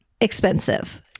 expensive